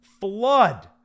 flood